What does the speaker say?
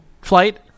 flight